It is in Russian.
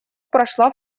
прошла